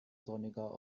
sonniger